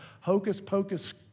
hocus-pocus